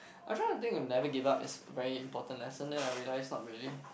I trying to think if never give up is very important lesson then I realise not really